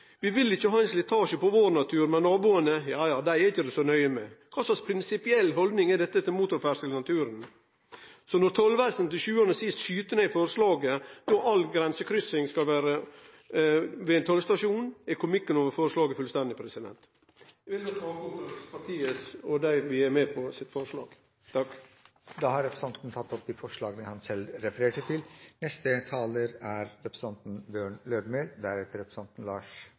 Vi vil ikkje ha slitasje på vår natur, men naboane er det ikkje så nøye med. Kva slags prinsipiell haldning er dette til motorferdsel i naturen? Når Tollvesenet til sjuande og sist skyt ned forslaget då all grensekryssing skal om ein tollstasjon, er komikken over forslaget fullstendig. Eg vil ta opp forslaget frå Framstegspartiet og Høgre. Representanten Oskar J. Grimstad har tatt opp det forslaget han refererte til. Saka om motorferdsle i utmark har vore ein gjengangar i Stortinget ved fleire høve dei siste åra. Det nye denne gongen er